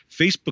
Facebook